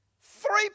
Three